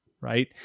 right